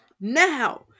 now